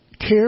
care